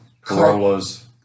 Corollas